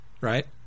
right